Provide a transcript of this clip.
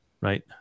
Right